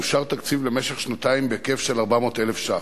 אושר תקציב למשך שנתיים בהיקף של 400,000 שקל.